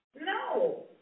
No